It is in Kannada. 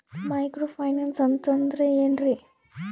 ಮೈಕ್ರೋ ಫೈನಾನ್ಸ್ ಅಂತಂದ್ರ ಏನ್ರೀ?